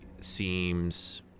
seems